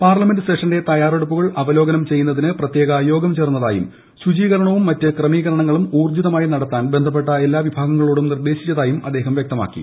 parliament സെഷന്റെ തയ്യാറെടുപ്പുകൾ അവലോകനം ചെയ്യുന്നതിന് പ്രത്യേക യോഗം ചേർന്നതായും ശുചീകരണവും മറ്റ് ക്രമീകരണങ്ങളും ഉൌർജ്ജിതമായി നടത്താൻ ബന്ധപ്പെട്ട എല്ലാ വിഭാഗങ്ങളോടും നിർദ്ദേശിച്ചതായും അദ്ദേഹം വ്യക്തമാക്കി